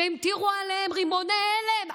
כשהמטירו עליהם רימון הלם,